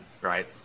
right